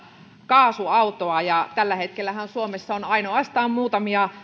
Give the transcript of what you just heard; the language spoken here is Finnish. kaasuautoa ja tällä hetkellähän suomessa on ainoastaan muutamia